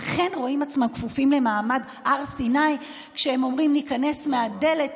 אכן רואים עצמם כפופים למעמד הר סיני כשהם אומרים: ניכנס מהדלת,